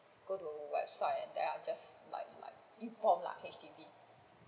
go to website and then I like like inform lah H_D_B